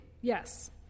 Yes